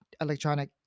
electronic